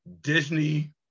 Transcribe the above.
Disney